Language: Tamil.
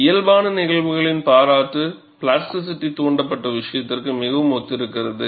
இயல்பான நிகழ்வுகளின் பாராட்டு பிளாஸ்டிசிட்டி தூண்டப்பட்ட விசயத்திற்கு மிகவும் ஒத்திருக்கிறது